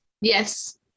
Yes